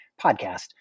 Podcast